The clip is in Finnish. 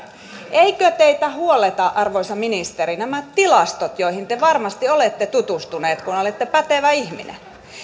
eivätkö teitä huoleta arvoisa ministeri nämä tilastot joihin te varmasti olette tutustunut kun olette pätevä ihminen